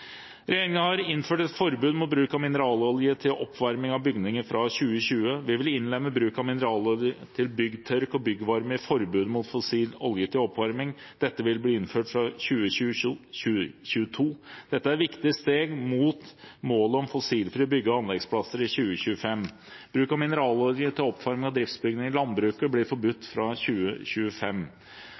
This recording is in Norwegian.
har innført et forbud mot bruk av mineralolje til oppvarming av bygninger fra 2020. Vi vil innlemme bruk av mineralolje til byggtørk og byggvarme og forbud mot fossil olje til oppvarming. Dette vil bli innført fra 2022. Dette er viktige steg mot målet om fossilfrie bygge- og anleggsplasser i 2025. Bruk av mineralolje til oppvarming av driftsbygninger i landbruket blir forbudt fra 2025.